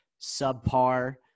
subpar